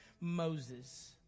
Moses